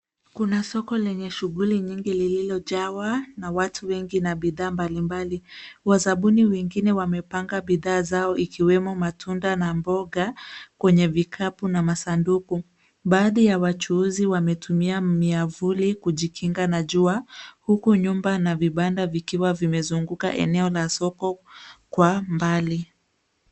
Kuna soko lenye shughuli nyingi, bidha nyingi na watu wengi. Wazambuni wengine wakiwemo matunda na mboga kwenye vikapu na masanduku. Baadhi ya wachuuzi wametumia miavuli kujikinga na jua huku nyumba na vibanda vikiwa vimezunguka eneo na soko kwa mbali.